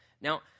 now